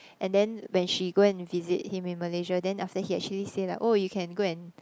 and then when she go and visit him in Malaysia then after he actually say [like] oh you can go and